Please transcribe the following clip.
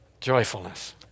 joyfulness